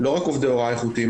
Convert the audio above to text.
לא רק עובדי הוראה איכותיים,